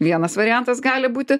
vienas variantas gali būti